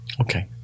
Okay